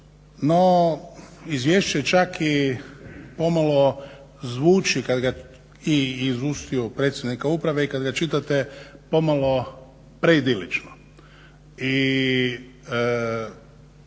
no izvješće čak i pomalo zvuči kad ga je i izustio predsjednik uprave a i kad ga čitate pomalo preidilično.